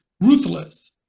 ruthless